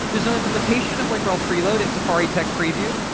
there's an implementation of link rel preload in safari tech preview.